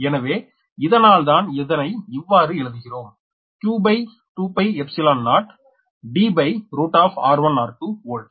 எனவே இதனால்தான் இதனை இவ்வாறு எழுதுகிறோம் q20Dr1r2வோல்ட்